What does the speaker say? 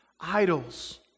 idols